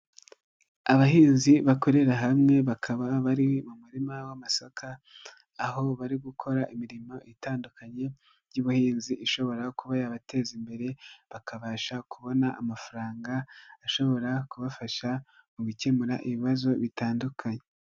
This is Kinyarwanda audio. Abahinzi bakorera hamwe bakaba bari mu murima w'amasaka aho bari gukora imirimo itandukanye y'ubuhinzi ishobora kuba yabateza imbere bakabasha kubona amafaranga ashobora kubafasha mu gukemura ibibazo bitandukanye.